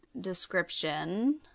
description